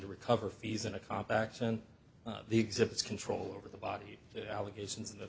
to recover fees and a cop accent the exhibits control over the body the allegations in the